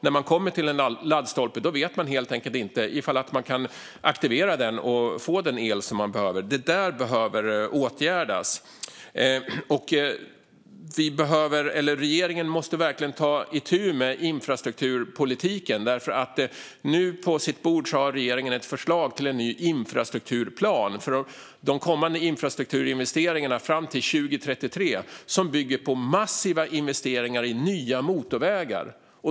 När man kommer till en laddstolpe vet man helt enkelt inte om man kan aktivera den och få den el som man behöver. Detta behöver åtgärdas. Regeringen måste verkligen ta itu med infrastrukturpolitiken. På sitt bord har regeringen nu ett förslag till en ny infrastrukturplan för de kommande infrastrukturinvesteringarna fram till 2033 som bygger på massiva investeringar i nya motorvägar.